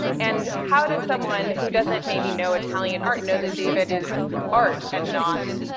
and how does someone who doesn't maybe know italian art know that david is art and not,